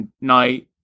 night